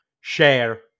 share